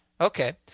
Okay